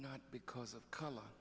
not because of color